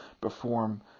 perform